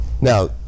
Now